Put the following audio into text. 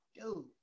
dude